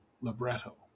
libretto